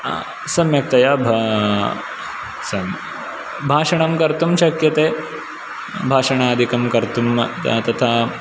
सम्यक्तया भ सन् भाषणं कर्तुं शक्यते भाषणादिकं कर्तुं तथा